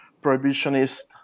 prohibitionist